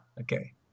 Okay